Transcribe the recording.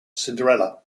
cinderella